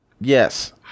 Yes